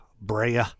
Brea